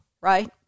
right